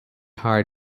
hard